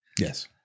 Yes